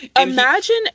Imagine